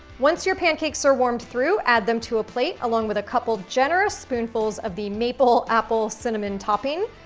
once your pancakes are warmed through, add them to plate, along with a couple generous spoonfuls of the maple apple cinnamon topping.